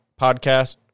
podcast